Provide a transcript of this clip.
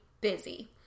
busy